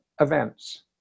events